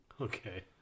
Okay